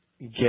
get